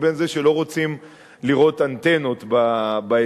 ובין זה שלא רוצים לראות אנטנות באזור,